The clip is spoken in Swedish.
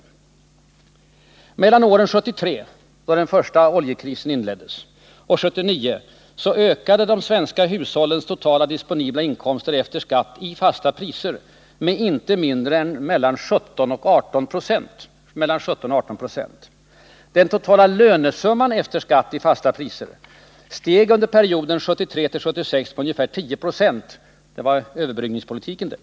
Mellan åren 1973, då den första oljekrisen inleddes, och 1979 ökade de svenska hushållens totala disponibla inkomster efter skatt i fasta priser med inte mindre än mellan 17 och 18 26. Den totala lönesumman efter skatt i fasta priser steg under perioden 1973-1976 med ungefär 1076 — det var överbryggningspolitiken det.